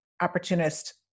opportunist